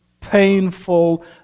painful